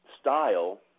style